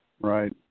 Right